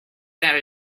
that